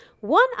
one